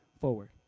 forward